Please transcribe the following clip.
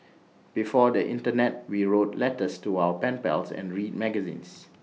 before the Internet we wrote letters to our pen pals and read magazines